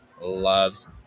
loves